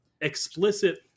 explicit